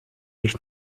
ich